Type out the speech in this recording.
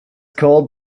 called